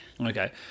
Okay